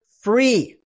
free